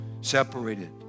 separated